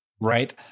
right